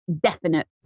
definite